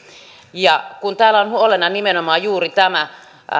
kun täällä on huolena nimenomaan juuri tämä